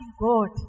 God